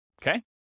okay